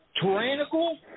tyrannical